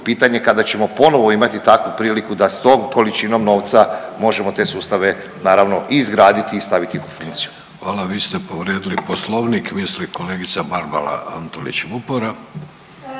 pitanje kada ćemo ponovo imati takvu priliku da s tom količinom novca možemo te sustave naravno i izgraditi i staviti u funkciju. **Vidović, Davorko (Socijaldemokrati)** Hvala, vi ste povrijedili Poslovnik misli kolegica Barbara Antolić Vupora.